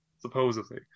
supposedly